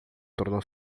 tornou